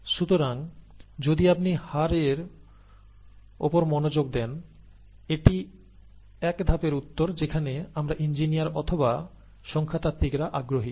সুতরাং যদি আপনি হার এর ওপর মনোযোগ দেন এটি এক ধাপের উত্তর যেখানে আমরা ইঞ্জিনিয়ার অথবা সংখ্যাতাত্ত্বিকরা আগ্রহী